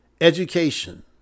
education